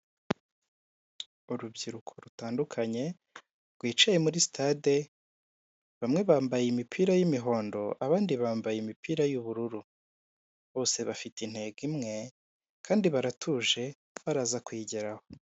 Urubyiruko rutandukanye rwicaye muri sitade, bamwe bambaye imipira y'imihondo abandi bambaye imipira y'ubururu bose bafite intego imwe kandi baratuje baraza kuyigeraho.